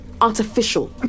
artificial